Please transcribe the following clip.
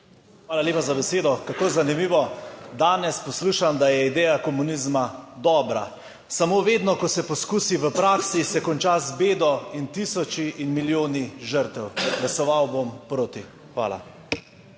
Hvala lepa za besedo. Kako je zanimivo, danes poslušam, da je ideja komunizma dobra, samo vedno, ko se poskusi v praksi, se konča z bedo in tisoči in milijoni žrtev. Glasoval bom proti. Hvala.